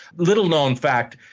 little known fact.